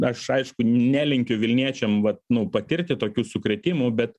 aš aišku nelinkiu vilniečiam vat nu patirti tokių sukrėtimų bet